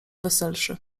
weselszy